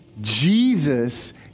Jesus